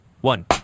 one